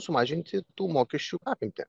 sumažinti tų mokesčių apimtį